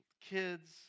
Kids